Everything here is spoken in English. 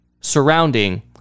surrounding